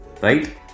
right